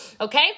Okay